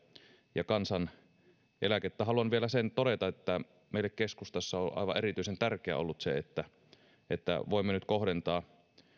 ja kansaneläkettä haluan vielä sen todeta että meille keskustassa on aivan erityisen tärkeää ollut se että että voimme nyt kohdentaa